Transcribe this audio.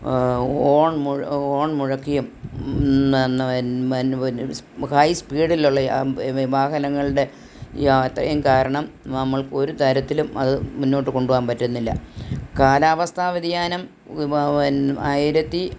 horn മുഴ horn മുഴക്കിയും high സ്പീഡിലുള്ള വാഹനങ്ങളുടെ യാത്രയും കാരണം നമ്മൾക്കൊരു തരത്തിലും അത് മുന്നോട്ട് കൊണ്ട് പോകാൻ പറ്റുന്നില്ല കാലാവസ്ഥാ വ്യതിയാനം ആയിരത്തി